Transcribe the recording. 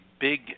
big